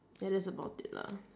ya that's about it lah